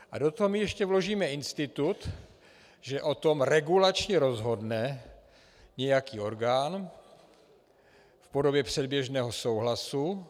A do toho my ještě vložíme institut, že o tom regulačně rozhodne nějaký orgán v podobě předběžného souhlasu.